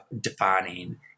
defining